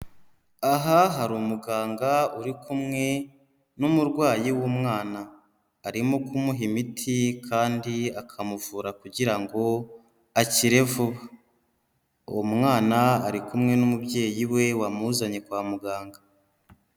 Aha hari umuganga uri kumwe n'umurwayi w'umwana, arimo kumuha imiti kandi akamuvura kugira ngo akire vuba, uwo mwana ari kumwe n'umubyeyi we wamuzanye kwa muganga.